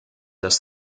dass